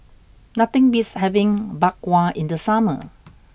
nothing beats having Bak Kwa in the summer